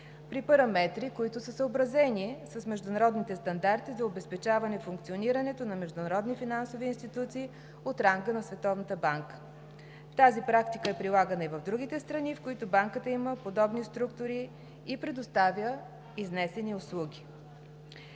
при параметри, които са съобразени с международните стандарти за обезпечаване функционирането на международни финансови институции от ранга на Световната банка. Тази практика е прилагана и в другите страни, в които Банката има подобни структури и предоставя изнесени услуги.